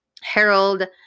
Harold